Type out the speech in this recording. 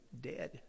dead